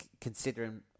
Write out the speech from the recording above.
considering